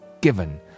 given